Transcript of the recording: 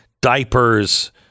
diapers